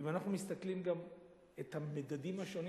אם אנחנו מסתכלים גם על המדדים השונים